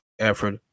effort